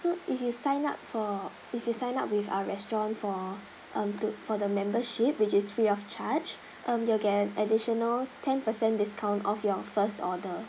so if you sign up for if you sign up with our restaurant for um for the membership which is free of charge you'll get additional ten percent discount of your first order